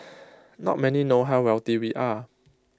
not many know how wealthy we are